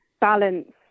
balance